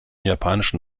japanischen